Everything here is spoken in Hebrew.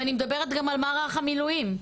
ואני מדברת גם על מערך המילואים.